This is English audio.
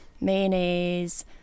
mayonnaise